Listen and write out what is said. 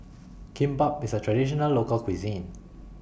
Kimbap IS A Traditional Local Cuisine